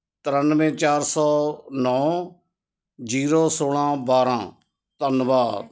ਤਰਾਨਵੇਂ ਚਾਰ ਸੌ ਨੌਂ ਜੀਰੋ ਸੋਲਾਂ ਬਾਰਾਂ ਧੰਨਵਾਦ